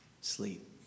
sleep